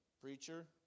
preacher